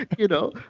you know.